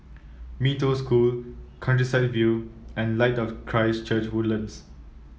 Mee Toh School Countryside View and Light of Christ Church Woodlands